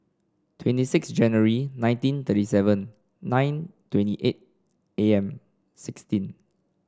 twenty six January nineteen thirty seven nine twenty eight A M sixteen